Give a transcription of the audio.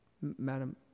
Madam